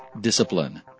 discipline